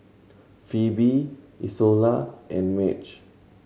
Pheobe Izola and Madge